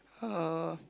uh